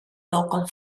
local